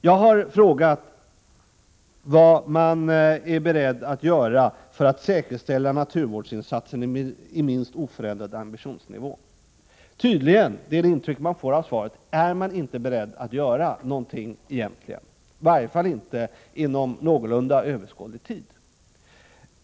Jag har frågat vad regeringen är beredd att göra för att säkerställa naturvårdsinsatser med minst oförändrad ambitionsnivå. Tydligen, det är det intrycket man får av svaret, är man inte beredd att göra någonting -—i varje fall inom någorlunda överskådlig tid.